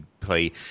play